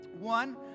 One